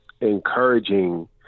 encouraging